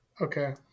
Okay